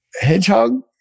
Hedgehog